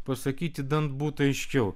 pasakyti idant būtų aiškiau